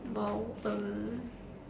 !wow! um